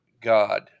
God